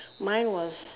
mine was